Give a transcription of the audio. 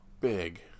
big